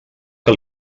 que